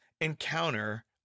encounter